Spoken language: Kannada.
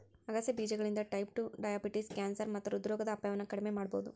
ಆಗಸೆ ಬೇಜಗಳಿಂದ ಟೈಪ್ ಟು ಡಯಾಬಿಟಿಸ್, ಕ್ಯಾನ್ಸರ್ ಮತ್ತ ಹೃದ್ರೋಗದ ಅಪಾಯವನ್ನ ಕಡಿಮಿ ಮಾಡಬೋದು